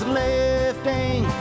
lifting